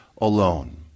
alone